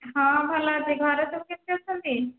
ହଁ ଭଲ ଅଛି ଘରେ ସବୁ କେମିତି ଅଛନ୍ତି